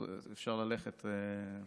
אפשר ללכת.